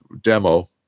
demo